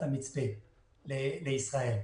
אתה אומר שמספיק לך חודש,